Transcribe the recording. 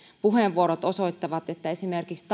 puheenvuorot osoittivat esimerkiksi